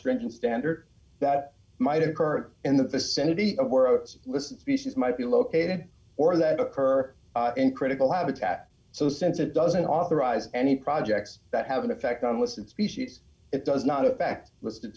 stringent standard that might occur in the vicinity of where it was species might be located or that occur in critical habitat so sense it doesn't authorize any projects that have an effect on listed species it does not affect